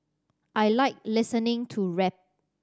I like listening to rap